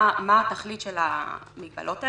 מה התכלית של המגבלות האלה?